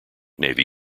navy